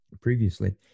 previously